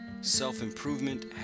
Self-improvement